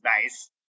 nice